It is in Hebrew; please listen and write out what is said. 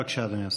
בבקשה, אדוני השר.